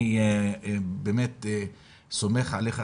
אני באמת סומך עליך,